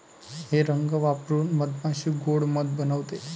हे रंग वापरून मधमाशी गोड़ मध बनवते